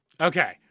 Okay